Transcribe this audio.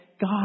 God